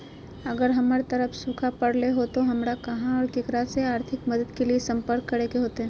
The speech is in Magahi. अगर हमर तरफ सुखा परले है तो, हमरा कहा और ककरा से आर्थिक मदद के लिए सम्पर्क करे होतय?